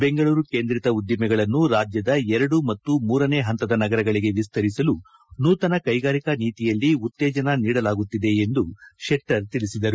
ಬೆಂಗಳೂರು ಕೇಂದ್ರೀತ ಉದ್ದಿಮೆಗಳನ್ನು ರಾಜ್ಯದ ಎರಡು ಮತ್ತು ಮೂರನೇ ಪಂತದ ನಗರಗಳಿಗೆ ವಿಸ್ತರಿಸಲು ನೂತನ ಕೈಗಾರಿಕಾ ನೀತಿಯಲ್ಲಿ ಉತ್ತೇಜನ ನೀಡಲಾಗುತ್ತಿದೆ ಎಂದು ಶೆಟ್ಟರ್ ತಿಳಿಸಿದರು